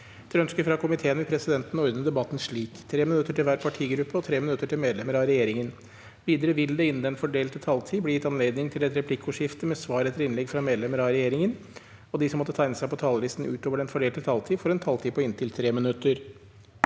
miljøkomiteen vil presidenten ordne debatten slik: 3 minutter til hver partigruppe og 3 minutter til medlemmer av regjeringen. Videre vil det – innenfor den fordelte taletid – bli gitt anledning til replikker med svar etter innlegg fra medlemmer av regjeringen, og de som måtte tegne seg på talerlisten utover den fordelte taletid, får også en taletid på inntil 3 minutter.